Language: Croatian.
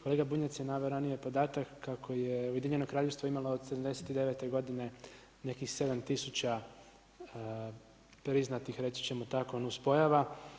Kolega Bunjac je naveo ranije podatak kako je Ujedinjeno Kraljevstvo imalo od 79. godine nekih 7 tisuća priznatih reći ćemo tako nuspojava.